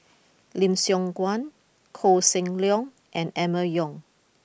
Lim Siong Guan Koh Seng Leong and Emma Yong